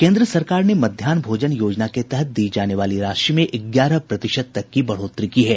केन्द्र सरकार ने मध्याहन भोजन योजना के तहत दी जाने वाली राशि में ग्यारह प्रतिशत तक की बढ़ोतरी की है